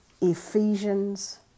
Ephesians